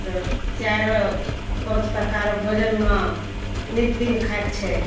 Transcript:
तऽ चारि पाँच प्रकार भोजनमे नित्यदिन खाएके छै